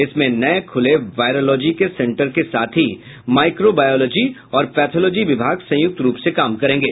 इसमें नये खुले बायरोलॉजी के सेंटर के साथ माइक्रोबायोलॉजी और पैथोलॉजी विभाग संयुक्त रूप से काम करेंगे